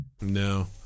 No